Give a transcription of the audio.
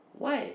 why